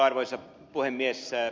arvoisa puhemies